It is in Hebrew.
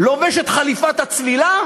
לובש את חליפת הצלילה